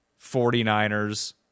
49ers